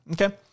Okay